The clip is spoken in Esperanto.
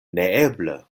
neeble